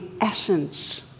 essence